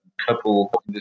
couple